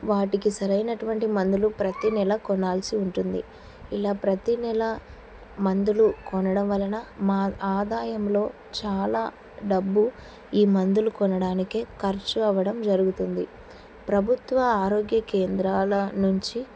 వాటికి సరైనటువంటి మందులు ప్రతిీ నెల కొనాల్సి ఉంటుంది ఇలా ప్రతి నెల మందులు కొనడం వలన మా ఆదాయంలో చాలా డబ్బు ఈ మందులు కొనడానికే ఖర్చు అవ్వడం జరుగుతుంది ప్రభుత్వ ఆరోగ్య కేంద్రాల నుంచి